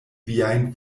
viajn